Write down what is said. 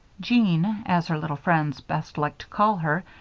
jean, as her little friends best liked to call her,